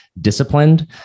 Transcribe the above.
disciplined